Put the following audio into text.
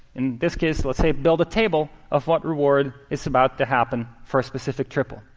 in this case, let's, say, build a table of what reward is about to happen for a specific triple.